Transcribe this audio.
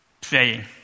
praying